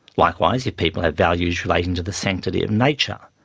likewise, if people have values relating to the sanctity of nature,